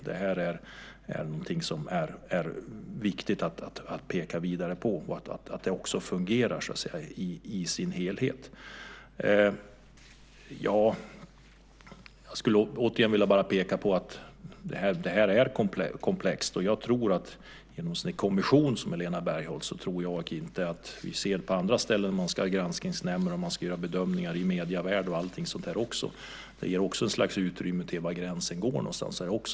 Det här är någonting som är viktigt att peka vidare på och också se till att det fungerar i sin helhet. Jag skulle återigen vilja peka på att det här är komplext. Jag är tveksam till en sådan kommission som Helena Bargholtz talar om. Vi ser på andra ställen att man ska ha granskningsnämnder och ska göra bedömningar i medievärlden och på andra ställen också. Det ger också ett slags utrymme för var gränsen går någonstans.